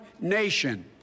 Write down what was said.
nation